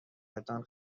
هایتان